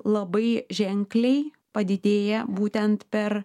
labai ženkliai padidėja būtent per